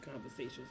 conversations